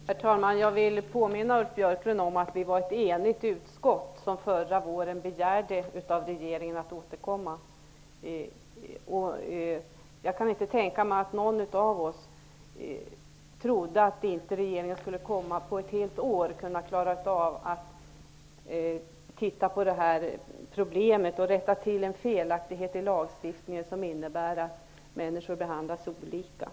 Herr talman! Jag vill påminna Ulf Björklund om att ett enigt utskott förra våren begärde att regeringen skulle återkomma i frågan. Jag kan inte tänka mig att någon av oss trodde att regeringen inte på ett helt år skulle klara av att se över problemet och rätta till en felaktighet i lagstiftningen som gör att människor behandlas olika.